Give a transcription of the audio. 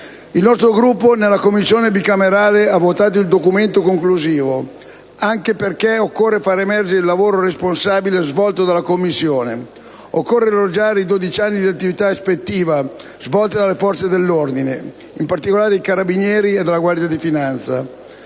Il nostro Gruppo nella Commissione bicamerale ha votato il documento conclusivo, anche perché occorre far emergere il lavoro responsabile svolto dalla Commissione, occorre elogiare i 12 anni di attività ispettiva svolta dalle forze dell'ordine, in particolare dai Carabinieri e dalla Guardia di finanza.